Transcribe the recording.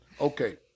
okay